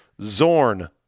Zorn